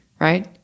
right